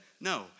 No